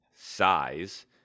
size